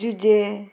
Jose